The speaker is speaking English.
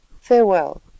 Farewell